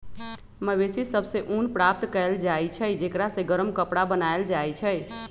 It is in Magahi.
मवेशि सभ से ऊन प्राप्त कएल जाइ छइ जेकरा से गरम कपरा बनाएल जाइ छइ